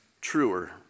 truer